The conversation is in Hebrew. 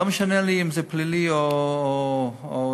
לא משנה לי אם זה פלילי או לאומני,